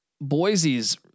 Boise's